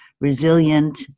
resilient